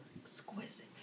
exquisite